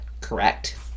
correct